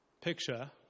picture